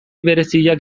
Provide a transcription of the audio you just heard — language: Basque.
bereziak